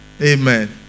Amen